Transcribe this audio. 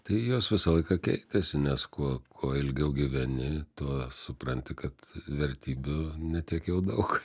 tai jos visą laiką keitėsi nes kuo kuo ilgiau gyveni tuo supranti kad vertybių ne tiek jau daug